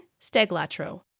steglatro